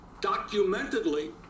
documentedly